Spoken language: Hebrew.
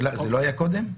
זה לא היה קודם?